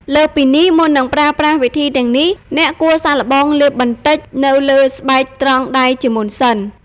លើសពីនេះ មុននឹងប្រើប្រាស់វិធីទាំងនេះ អ្នកគួរសាកល្បងលាបបន្តិចនៅលើស្បែកត្រង់ដៃជាមុនសិន។